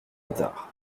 retard